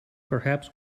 perhaps